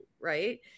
right